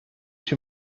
ich